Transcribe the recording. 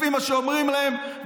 לפי מה שאומרים להם,